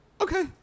okay